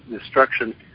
destruction